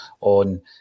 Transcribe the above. on